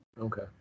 Okay